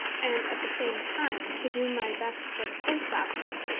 and, at the same time, to do my best for the post office,